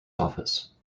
office